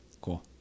cool